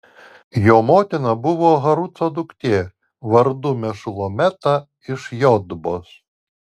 jo motina buvo haruco duktė vardu mešulemeta iš jotbos